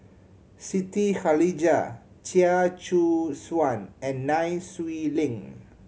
Siti Khalijah Chia Choo Suan and Nai Swee Leng